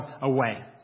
away